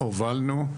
הובלנו,